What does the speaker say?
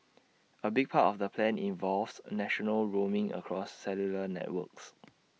A big part of the plan involves national roaming across cellular networks